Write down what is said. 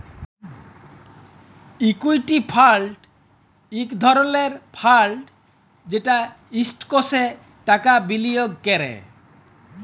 equity fund ইক ধরলের fund যেট ইস্টকসে টাকা বিলিয়গ ক্যরে